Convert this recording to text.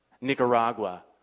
Nicaragua